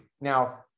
Now